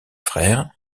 frère